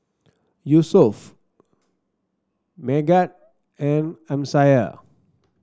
Yusuf Megat and Amsyar